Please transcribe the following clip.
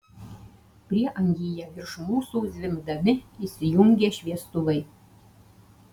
prieangyje virš mūsų zvimbdami įsijungė šviestuvai